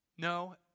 No